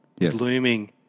looming